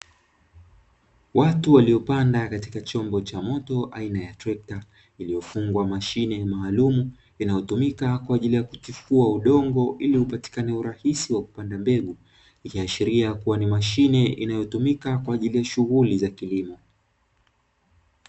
Watu waliopanda katika chombo cha moto aina ya trekta, iliyofungwa mashine maalumu inayotumika kwa ajili ya kutifua udongo ili upatikane urahisi wa kupanda mbegu. Ikiashiria kuwa ni mashine inayotumika kwa ajili ya shughuli za kilimo.